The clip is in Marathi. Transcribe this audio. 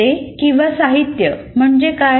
मुद्दे किंवा साहित्य म्हणजे काय